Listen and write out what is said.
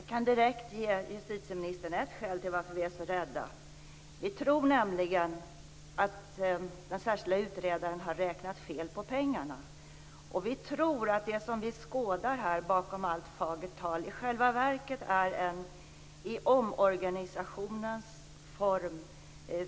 Herr talman! Jag kan direkt ge justitieministern ett skäl till att vi är så rädda. Vi tror nämligen att den särskilda utredaren har räknat fel på pengarna. Vi tror att det som vi skådar här bakom allt fagert tal i själva verket är en i omorganisationens form